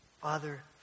Father